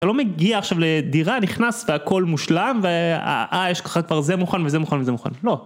אתה לא מגיע עכשיו לדירה, נכנס והכל מושלם, ואה, יש לך כבר זה מוכן וזה מוכן וזה מוכן. לא.